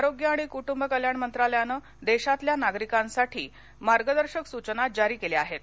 आरोग्य आणि कुटुंब कल्याण मंत्रालयानं देशातल्या नागरिकांसाठी मार्गदशकसूचनाजारीकेल्याआहेत